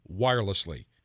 wirelessly